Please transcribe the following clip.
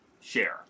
share